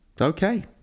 okay